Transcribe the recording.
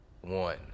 One